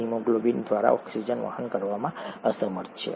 haemoglobin દ્વારા oxygen વહન કરવામાં અસમર્થ છે